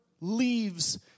leaves